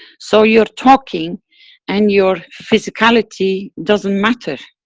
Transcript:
so, you're talking and your physicality doesn't matter,